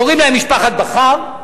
קוראים להם משפחת בכר.